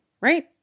right